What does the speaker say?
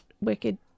Wicked